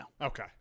okay